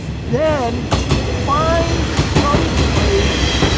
then find some place